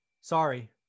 Sorry